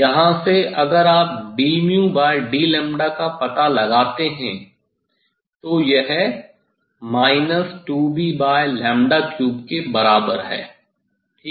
यहाँ से अगर आप dd का पता लगाते हैं तो यह 2B3के बराबर है ठीक है